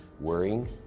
worrying